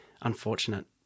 Unfortunate